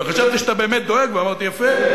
וחשבתי שאתה באמת דואג, ואמרתי: יפה.